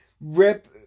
rip